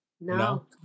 No